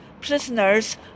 prisoners